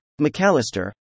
McAllister